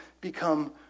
become